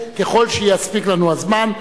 ככל שיספיק לנו הזמן.